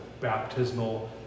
baptismal